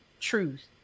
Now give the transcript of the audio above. truth